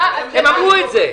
הם אמרו את זה.